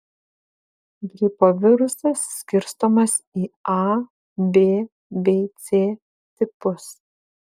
gripo virusas skirstomas į a b bei c tipus